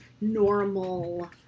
normal